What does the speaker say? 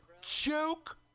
Joke